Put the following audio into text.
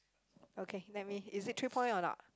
okay let me is it three point or not